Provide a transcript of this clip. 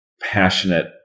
passionate